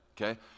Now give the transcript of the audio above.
okay